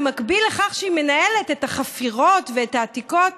במקביל לכך שהיא מנהלת את החפירות ואת העתיקות,